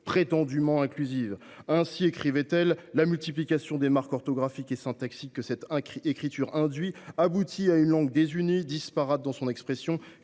prétendument inclusive. Ainsi écrivait elle :« La multiplication des marques orthographiques et syntaxiques que cette écriture induit aboutit à une langue désunie, disparate dans son expression,